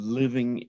living